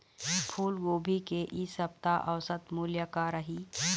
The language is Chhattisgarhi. फूलगोभी के इ सप्ता औसत मूल्य का रही?